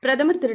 பிரதமர் திரு